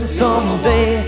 someday